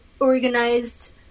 organized